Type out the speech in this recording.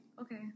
okay